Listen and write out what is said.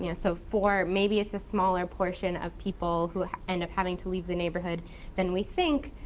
yeah so for, maybe it's a smaller portion of people who end up having to leave the neighborhood than we think,